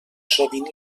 sovint